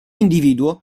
individuo